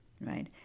right